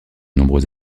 nombreux